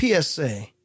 PSA